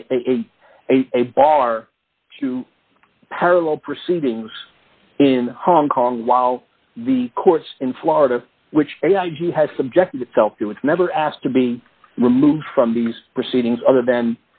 a a bar to parallel proceedings in hong kong while the courts in florida which has subjected itself to its never asked to be removed from these proceedings other than